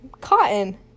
Cotton